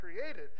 created